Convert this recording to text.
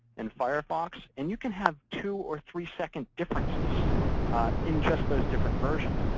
in firefox. and you can have two or three-second differences in just those different versions.